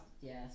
Yes